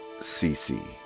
cc